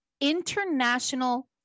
international